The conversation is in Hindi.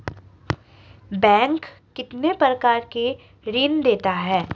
बैंक कितने प्रकार के ऋण देता है?